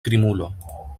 krimulo